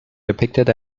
depicted